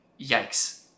Yikes